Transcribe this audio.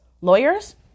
lawyers